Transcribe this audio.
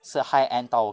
是 high end 到